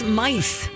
mice